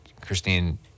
Christine